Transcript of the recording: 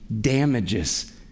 damages